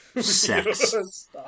sex